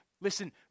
listen